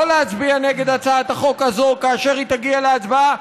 להצביע נגד הצעת החוק הזאת כאשר היא תגיע להצבעה,